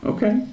Okay